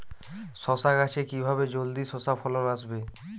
শশা গাছে কিভাবে জলদি শশা ফলন আসবে?